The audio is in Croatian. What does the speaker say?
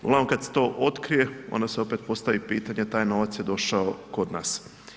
Uglavnom kad se to otkrije, onda se opet postavi pitanje, taj novac je došao kod nas.